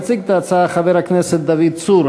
יציג את ההצעה חבר הכנסת דוד צור.